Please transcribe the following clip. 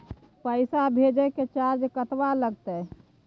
पैसा भेजय के चार्ज कतबा लागते?